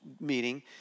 meeting